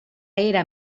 era